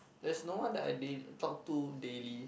there's no one that I did talk to daily